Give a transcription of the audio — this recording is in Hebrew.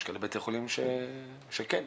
יש בתי חולים שעל דעת עצמם הכניסו,